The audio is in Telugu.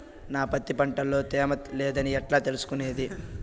నా పత్తి పంట లో తేమ లేదని ఎట్లా తెలుసుకునేది?